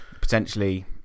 potentially